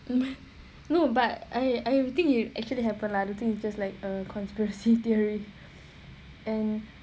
no but I I don't think it actually happened lah I think it's just like a conspiracy theory and